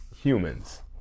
humans